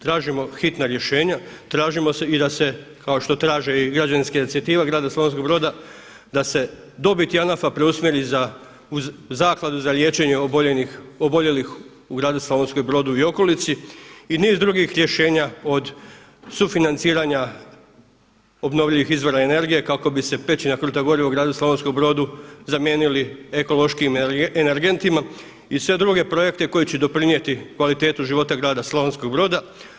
Tražimo hitna rješenja, tražimo se i da se, kao što traži i građanska inicijativa grada Slavonskog Broda da se dobiti JANAF-a preusmjeri u Zakladu za liječenje oboljelih u gradu Slavonskom Brodu i okolici i niz drugih rješenja od sufinanciranja obnovljivih izvora energije kako bi se peći na kruta goriva u gradu Slavonskom brodu zamijenili ekološkim energentima i sve druge projekte koje će doprinijeti kvaliteti života grada Slavonskoga broda.